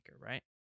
right